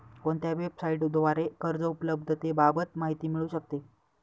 कोणत्या वेबसाईटद्वारे कर्ज उपलब्धतेबाबत माहिती मिळू शकते?